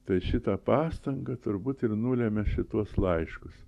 tai šita pastanga turbūt ir nulemia šituos laiškus